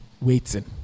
Waiting